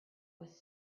was